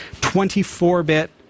24-bit